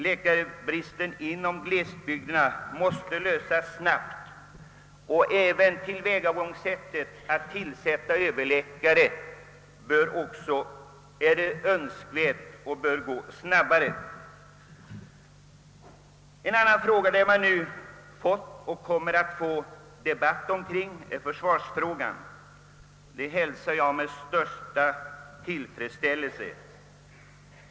Läkarbristen inom glesbygderna måste snarast avhjälpas, och även proceduren vid tillsättande av överläkare bör kunna ske snabbare. En annan fråga, som vi fått och kommer att få debatt omkring, är försvarsfrågan. Det hälsar jag med största tillfredsställelse.